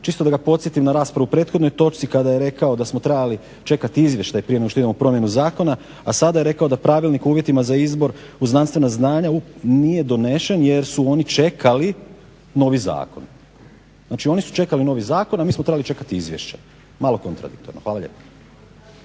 čisto da ga podsjetim na raspravu o prethodnoj točki kada je rekao da smo trebali čekati izvještaj prije nego što idemo u promjenu zakona, a sada je rekao da Pravilnik o uvjetima za izbor u znanstvena znanja nije donesen jer su oni čekali novi zakon. Znači, oni su čekali novi zakon, a mi smo trebali čekati izvješće. Malo kontradiktorno. Hvala lijepo.